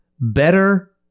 better